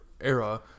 era